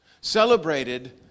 celebrated